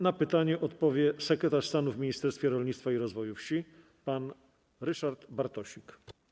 Na pytanie odpowie sekretarz stanu w Ministerstwie Rolnictwa i Rozwoju Wsi pan Ryszard Bartosik.